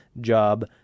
job